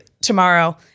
tomorrow